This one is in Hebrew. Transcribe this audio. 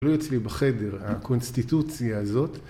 ‫תלוי אצלי בחדר, ‫הקונסטיטוציה הזאת.